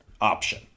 option